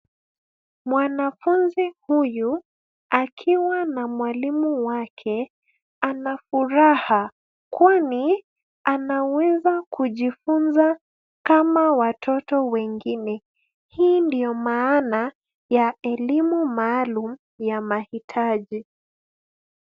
Mwanafunzi huyu, akiwa na mwalimu wake, ana furaha. Kwani, anaweza kujifunza kama watoto wengine. Hii ndiyo maana, ya elimu maalumu, ya mahitaji.